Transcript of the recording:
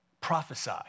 Prophesy